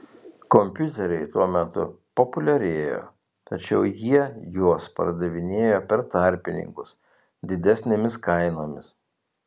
kompiuteriai tuo metu populiarėjo tačiau jie juos pardavinėjo per tarpininkus didesnėmis kainomis